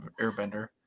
airbender